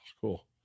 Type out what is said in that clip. cool